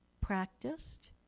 practiced